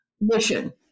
mission